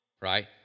right